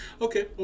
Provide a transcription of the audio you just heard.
Okay